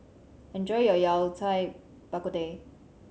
enjoy your Yao Cai Bak Kut Teh